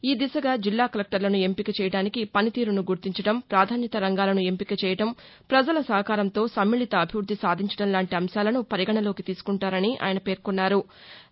ఈ దిశగా జిల్లా కలెక్టర్లను ఎంపిక చేయటానికి పనితీరును గుర్తించడం ప్రాధాన్యతారంగాలను ఎంపిక చేయడం ప్రజల సహకారంతో సమ్మిళిత అభివృద్ది సాధించడం లాంటి అంశాలను పరిగణలోకి తీసుకుంటారని ఆయన పేర్కొన్నారు